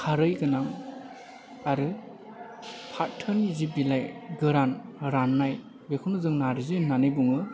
खारै गोनां आरो फाथोनि जि बिलाय गोरान राननाय बेखौनो जों नार्जि होनना बुङो